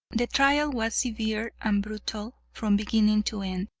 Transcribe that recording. the trial was severe and brutal from beginning to end,